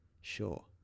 sure